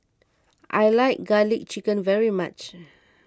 I like Garlic Chicken very much